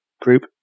Group